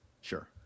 sure